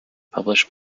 published